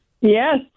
Yes